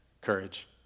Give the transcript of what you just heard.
courage